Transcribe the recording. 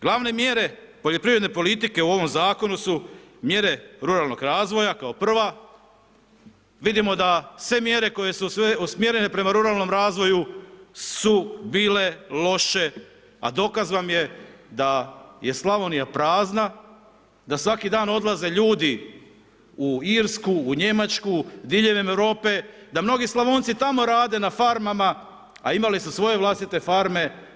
Glavne mjere poljoprivredne politike u ovom Zakonu su mjere ruralnog razvoja kao prva, vidimo da sve mjere koje su sve usmjerene prema ruralnom razvoju su bile loše, a dokaz vam je da je Slavonija prazna, da svaki dan odlaze ljudi u Irsku, u Njemačku, diljem Europe, da mnogi Slavonci tamo rade na farmama, a imali su svoje vlastite farme.